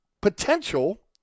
potential